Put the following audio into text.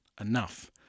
enough